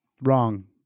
Wrong